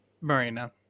Marina